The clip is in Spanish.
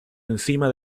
encima